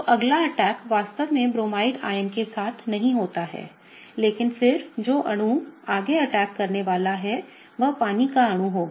तो अगला अटैक वास्तव में ब्रोमाइड आयन Bromide ion के साथ नहीं होता है लेकिन फिर जो अणु आगे अटैक करने वाला है वह पानी का अणु होगा